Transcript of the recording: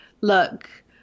look